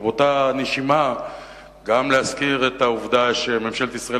ובאותה נשימה גם להזכיר את העובדה שממשלת ישראל